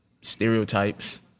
stereotypes